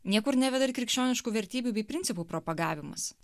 niekur neveda ir krikščioniškų vertybių bei principų propagavimas